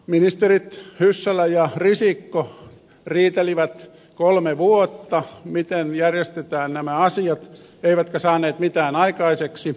ministerit hyssälä ja risikko riitelivät kolme vuotta miten järjestetään nämä asiat eivätkä saaneet mitään aikaiseksi